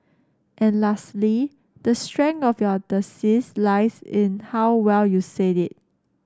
and lastly the strength of your thesis lies in how well you said it